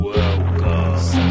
Welcome